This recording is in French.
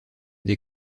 des